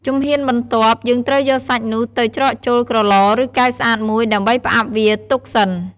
ជំហានបន្ទាប់់ យើងត្រូវយកសាច់នោះទៅច្រកចូល ក្រឡ ឬ កែវស្អាតមួយ ដើម្បីផ្អាប់វាទុកសិន។